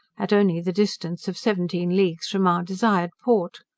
at only the distance of seventeen leagues from our desired port.